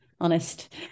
honest